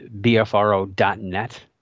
BFRO.net